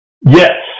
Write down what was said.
yes